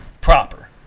proper